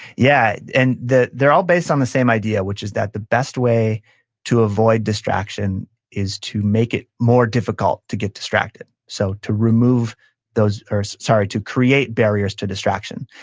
yeah and they're all based on the same idea, which is that the best way to avoid distraction is to make it more difficult to get distracted. so, to remove those, or sorry, to create barriers to distraction.